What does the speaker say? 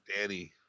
Danny